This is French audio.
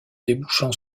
débouchant